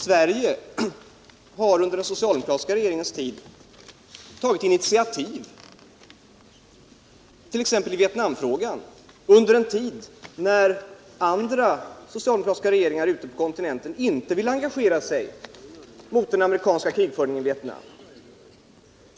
Sverige har under den socialdemokratiska regeringens tid tagit initiativ i t.ex. Vietnamfrägan under en tid när andra socialdemokratiska partier och regeringar på kontinenten inte velat engagera sig mot den amerikanska krigföringen där.